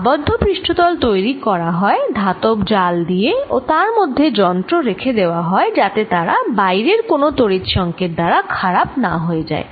একটি আবদ্ধ পৃষ্ঠতল তৈরি করা হয় ধাতব জাল দিয়ে ও তার মধ্যে যন্ত্র রেখে দেওয়া হয় যাতে তারা বাইরের কোন তড়িৎ সঙ্কেত দ্বারা খারাপ না হয়ে যায়